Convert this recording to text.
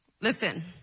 Listen